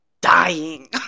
dying